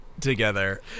together